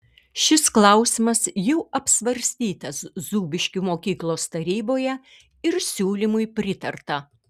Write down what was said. šis klausimas jau apsvarstytas zūbiškių mokyklos taryboje ir siūlymui pritarta